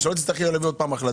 זה שלא תצטרכי להביא עוד פעם החלטה.